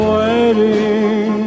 waiting